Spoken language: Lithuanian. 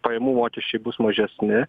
pajamų mokesčiai bus mažesni